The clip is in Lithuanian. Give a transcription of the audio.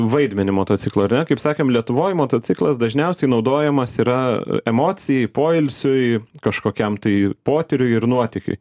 vaidmenį motociklo ar ne kaip sakėm lietuvoj motociklas dažniausiai naudojamas yra emocijai poilsiui kažkokiam tai potyriui ir nuotykiui